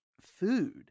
food